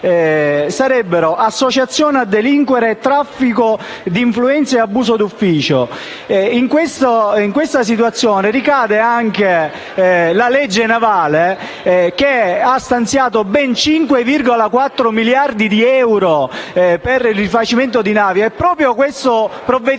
alcuni: associazione a delinquere, traffico di influenze e abuso d'ufficio. In questa situazione ricade anche la cosiddetta legge navale che ha stanziato ben 5,4 miliardi di euro per il rifacimento di navi e proprio questo provvedimento